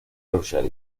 yorkshire